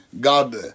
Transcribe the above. God